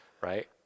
right